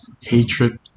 hatred